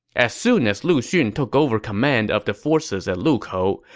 as soon as lu xun took over command of the forces at lukou,